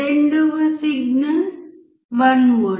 రెండవ signal 1 V